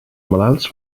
malalts